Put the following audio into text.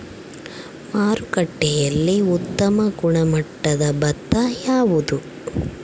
ಮಾರುಕಟ್ಟೆಯಲ್ಲಿ ಉತ್ತಮ ಗುಣಮಟ್ಟದ ಭತ್ತ ಯಾವುದು?